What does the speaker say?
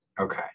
Okay